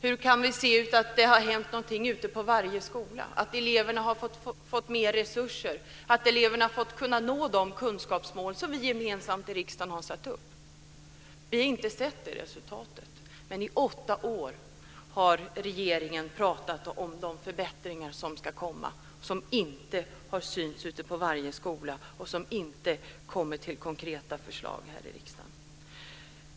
Hur kan vi se att det har hänt någonting ute på varje skola, att eleverna har fått mer resurser, att eleverna kunnat nå de kunskapsmål som vi gemensamt i riksdagen har satt upp? Vi har inte sett det resultatet, men i åtta år har regeringen pratat om de förbättringar som ska komma, som inte har synts ute på varje skola och som inte kommer till konkreta förslag här i riksdagen.